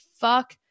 fuck